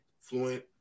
fluent